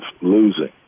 losing